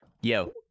Yo